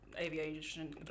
aviation